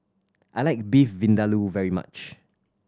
I like Beef Vindaloo very much